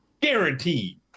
guaranteed